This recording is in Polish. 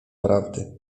prawdy